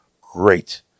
Great